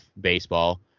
baseball